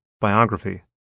biography